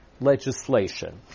legislation